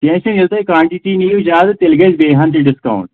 کینٛہہ چھُنہٕ یہِ تُہۍ کانٹِٹی نِیِو زیٛادٕ تیٚلہِ گژھِ بیٚیہِ ہَن تہِ ڈِسکاوُنٛٹ